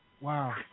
Wow